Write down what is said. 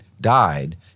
died